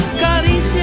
caricias